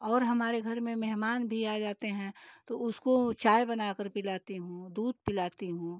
और हमारे घर में मेहमान भी आ जाते हैं तो उसको चाय बनाकर पिलाती हूँ दूध पिलाती हूँ